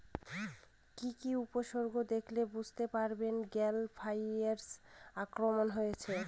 কি কি উপসর্গ দেখলে বুঝতে পারব গ্যাল ফ্লাইয়ের আক্রমণ হয়েছে?